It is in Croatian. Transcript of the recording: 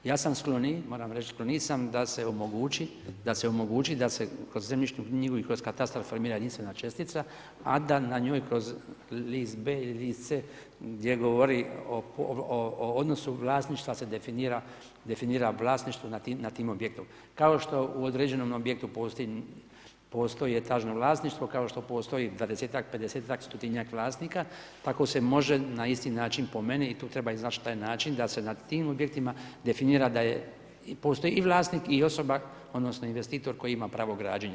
Ja sam skloniji, moram reći da nisam da se omogući da se kroz zemljišnu knjigu i kroz katastar formira jedinstvena čestica a da na njoj kroz list B ili list C gdje govori o odnosu vlasništva se definira vlasništvo nad tim objektom kao što u određenom objektu postoji etažno vlasništvo, kao što postoji dvadesetak, stotinjak vlasnika tako se može na isti način po meni i tu treba iznaći taj način da se na tim objektima definira da je, postoji i vlasnik i osoba, odnosno investitor koji ima pravo građenja.